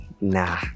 Nah